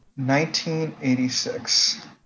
1986